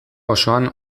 osoan